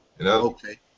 Okay